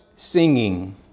singing